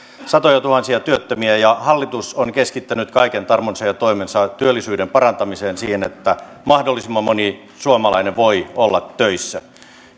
satojatuhansia työttömiä ja hallitus on keskittänyt kaiken tarmonsa ja toimensa työllisyyden parantamiseen siihen että mahdollisimman moni suomalainen voi olla töissä